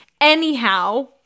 Anyhow